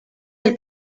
del